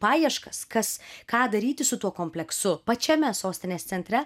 paieškas kas ką daryti su tuo kompleksu pačiame sostinės centre